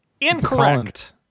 Incorrect